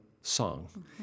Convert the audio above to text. song